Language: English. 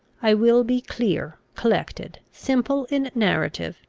i will be clear, collected, simple in narrative,